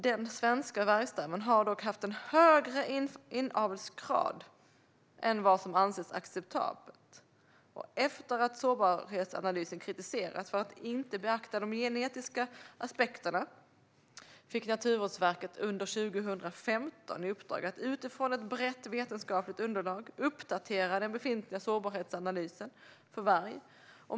Den svenska vargstammen har dock haft en högre inavelsgrad än vad som anses acceptabelt. Efter att sårbarhetsanalysen kritiserats för att inte beakta de genetiska aspekterna fick Naturvårdsverket under 2015 i uppdrag att utifrån ett brett vetenskapligt underlag uppdatera den befintliga sårbarhetsanalysen för varg.